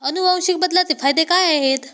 अनुवांशिक बदलाचे फायदे काय आहेत?